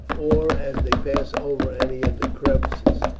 or as they pass over any of the crevices.